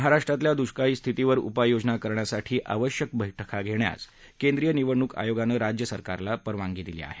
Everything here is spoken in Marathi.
महाराष्ट्रातल्या दुष्काळी स्थितीवर उपाययोजना करण्यासाठी आवश्यक बैठका घेण्यास केंद्रीय निवडणूक आयोगानं राज्य सरकारला परवानगी दिली आहे